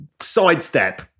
sidestep